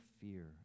fear